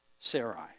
Sarai